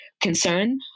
concern